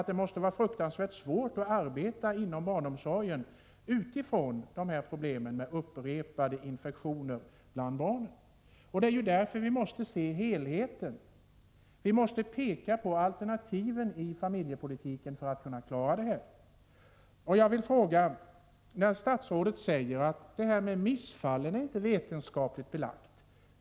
Det måste vara fruktansvärt svårt att arbeta inom barnomsorgen på grund av dessa problem med upprepade infektioner bland barnen. Vi måste se till helheten — vi måste peka på alternativen i familjepolitiken för att kunna klara det här. Statsrådet säger att detta med missfallen inte är vetenskapligt belagt.